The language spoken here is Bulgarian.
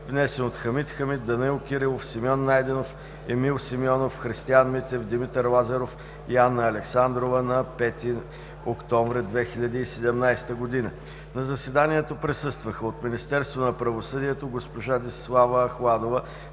внесен от Хамид Хамид, Данаил Кирилов, Симеон Найденов, Емил Симеонов, Христиан Митев, Димитър Лазаров и Анна Александрова на 5 октомври 2017 г. На заседанието присъстваха: от Министерство на правосъдието: госпожа Десислава Ахладова